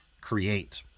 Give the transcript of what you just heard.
create